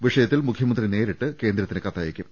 വിഷയത്തിൽ മുഖ്യമന്ത്രി നേരിട്ട് കേന്ദ്രത്തിന് കത്ത യക്കും